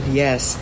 yes